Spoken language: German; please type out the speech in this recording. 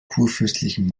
kurfürstlichen